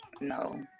No